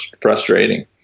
frustrating